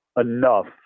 enough